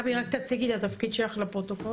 גבי רק תציגי את התפקיד שלך לפרוטוקול.